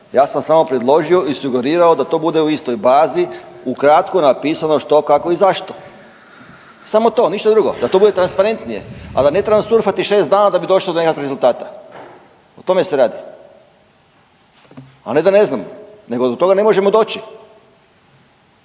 Ja sam samo predložio i sugerirao da to bude u istoj bazi ukratko napisano što, kako i zašto. Samo to, ništa drugo, da to bude transparentnije, a ne da trebam surfati šest dana da bi došao do nekakvih rezultata. O tome se radi, a ne da ne znam, nego do toga ne možemo doći.